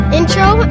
intro